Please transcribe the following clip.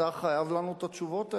אתה חייב לנו את התשובות האלה.